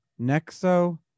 Nexo